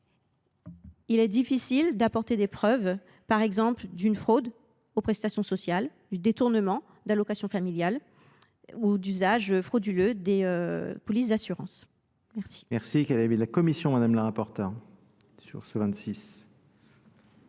est difficile d’apporter des preuves d’une fraude aux prestations sociales, d’un détournement d’allocations familiales ou d’un usage frauduleux des polices d’assurance, même